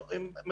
שוב,